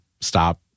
stop